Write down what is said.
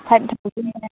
five thousand